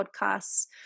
podcasts